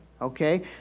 okay